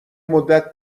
مدت